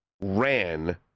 ran